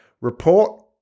report